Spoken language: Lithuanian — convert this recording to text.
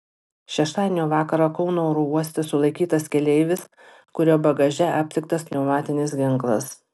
šeštadienio vakarą kauno oro uoste sulaikytas keleivis kurio bagaže aptiktas pneumatinis ginklas